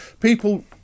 People